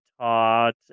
taught